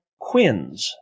quins